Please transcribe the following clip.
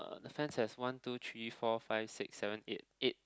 the fence has one two three four five six seven eight eight